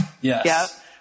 Yes